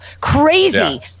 crazy